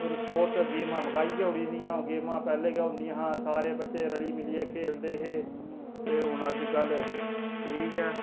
ते स्पोटस गेमां मकाई ओड़ी दियां गेमां पहले गै होंदियां हियां सारे बच्चे रली मलियै खेलदे हे ते हून अजकल ठीक ऐ